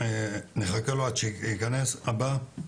אני רוצה לציין ששר הספורט והתרבות ביקר בעוספיה,